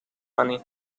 money